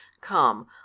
come